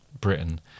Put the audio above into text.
Britain